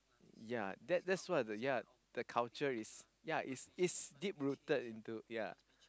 ya that that's what the ya the culture is ya it's it's deep rooted into ya